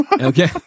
Okay